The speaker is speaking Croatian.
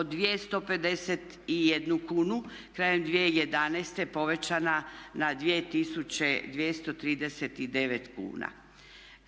od 2051 kunu krajem 2011. povećana na 2239 kuna